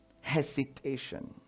hesitation